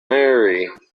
mary